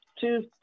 two